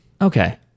Okay